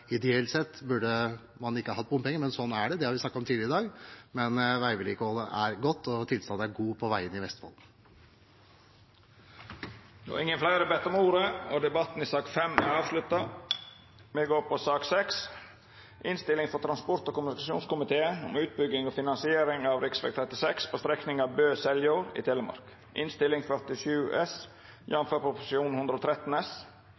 ideelt sett ikke burde hatt bompenger, men sånn er det, det har vi snakket om tidligere i dag. Men veivedlikeholdet er godt og tilstanden god på veiene i Vestfold. Fleire har ikkje bedt om ordet til sak nr. 5. Etter ønske frå transport- og kommunikasjonskomiteen vil presidenten føreslå at taletida vert avgrensa til 5 minutt til kvar partigruppe og 5 minutt til medlemer av